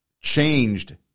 changed